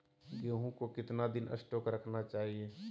गेंहू को कितना दिन स्टोक रखना चाइए?